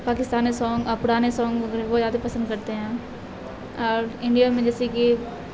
Pakistani song اور پرانے song وغیرہ وہ زیادہ پسند کرتے ہیں اور انڈیا میں جیسے کہ